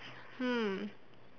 hmm